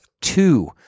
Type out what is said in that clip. two